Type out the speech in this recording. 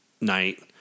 night